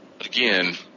again